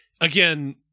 again